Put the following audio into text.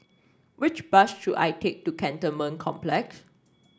which bus should I take to Cantonment Complex